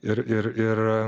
ir ir ir